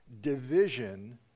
division